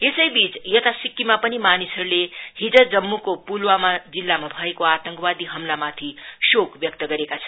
यसैबीच यता सिक्किममा पनि मानिसहरुले हिज जम्मूको पुलवामा जिल्लामा भएको आतंकवादी हमलामाथि शोक व्यक्त गरेको छन्